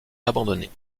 abandonnée